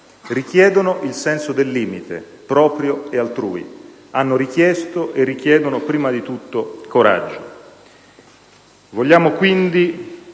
Richiedono il senso del limite, proprio e altrui. Hanno richiesto e richiedono, prima di tutto, coraggio.